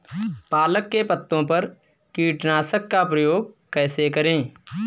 पालक के पत्तों पर कीटनाशक का प्रयोग कैसे करें?